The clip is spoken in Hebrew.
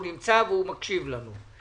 הוא נמצא והוא מקשיב לנו.